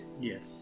Yes